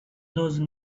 those